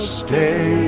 stay